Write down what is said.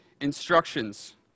instructions